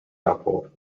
airport